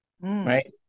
right